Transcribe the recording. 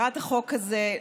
העברת החוק הזה,